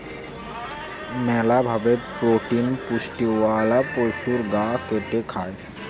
মেলা ভাবে প্রোটিন পুষ্টিওয়ালা পশুর গা কেটে খায়